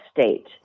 state